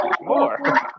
more